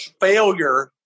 failure